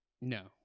No